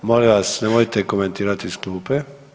Molim vas nemojte komentirati iz klupe.